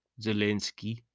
Zelensky